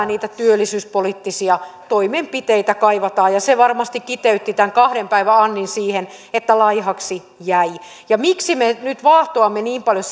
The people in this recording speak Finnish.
niitä työllisyyspoliittisia toimenpiteitä lisää kaivataan se varmasti kiteytti tämän kahden päivän annin siihen että laihaksi jäi miksi me nyt vaahtoamme niin paljon